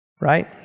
Right